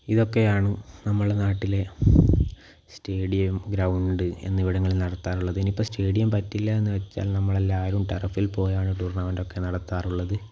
ഇതൊക്കെയാണ് നമ്മളെ നാട്ടിലെ സ്റ്റേഡിയം ഗ്രൗണ്ട് എന്നിവിടങ്ങളിൽ നടത്താറുള്ളത് ഇനിയിപ്പോൾ സ്റ്റേഡിയം പറ്റില്ല എന്നു വച്ചാൽ നമ്മൾ എല്ലാവരും ടർഫിൽ പോയാണ് ടൂർണ്ണമെൻ്റ് ഒക്കെ നടത്താറുള്ളത്